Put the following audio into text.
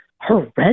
horrendous